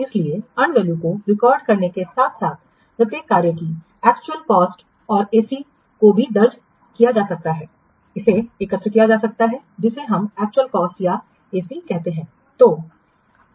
इसलिए earn value को record करने के साथ साथ प्रत्येक कार्य की एक्चुअल कॉस्ट भी दर्ज की जा सकती है इसे एकत्र किया जा सकता है जिसे हम एक्चुअल कॉस्ट या AC कहते हैं